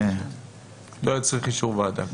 לא צריך אישור ועדה.